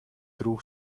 drew